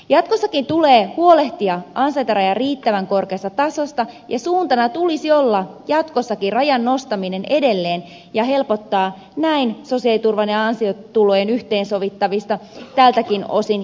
jatkossakin tulee huolehtia ansaintarajan riittävän korkeasta tasosta ja suuntana tulisi olla jatkossakin rajan nostaminen edelleen ja näin sosiaaliturvan ja ansiotulojen yhteensovittamisen helpottaminen tältäkin osin